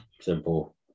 simple